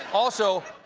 also,